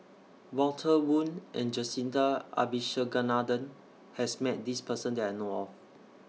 Walter Woon and Jacintha Abisheganaden has Met This Person that I know of